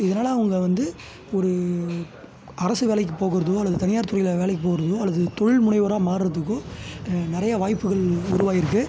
இதனால் அவங்க வந்து ஒரு அரசு வேலைக்கு போகிறோதோ அல்லது தனியார் துறையில் வேலைக்கு போகிறோதோ அல்லது தொழில் முனைவராக மாறுறத்துக்கு நிறையா வாய்ப்புகள் உருவாகியிருக்குது